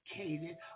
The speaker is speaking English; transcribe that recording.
educated